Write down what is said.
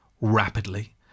rapidly